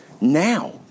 now